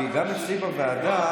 כי גם אצלי בוועדה,